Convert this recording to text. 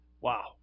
Wow